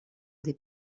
des